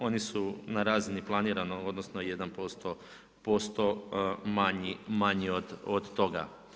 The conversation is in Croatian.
Oni su na razini planirano, odnosno, 1% manji od toga.